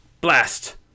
Blast